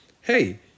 Hey